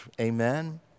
Amen